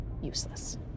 Useless